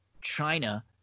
China